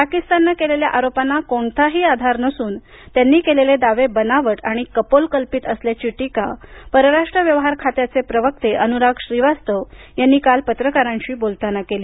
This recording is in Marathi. पाकिस्ताननं केलेल्या आरोपांना कोणताही आधार नसून त्यांनी केलेले दावे बनावट आणि कपोलकल्पित असल्याची टीका परराष्ट्र व्यवहार खात्याचे प्रवक्ते अनुराग श्रीवास्तव यांनी काल पत्रकारांशी बोलताना केली